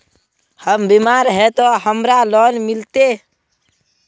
हम बीमार है ते हमरा लोन मिलते?